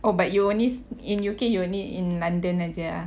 oh but you only in U_K you only in london saja ah